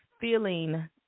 feeling